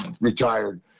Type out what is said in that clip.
retired